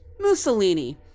Mussolini